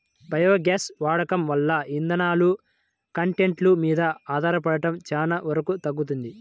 biogas వాడకం వల్ల ఇంధనాలు, కట్టెలు మీద ఆధారపడటం చానా వరకు తగ్గుతది